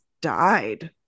died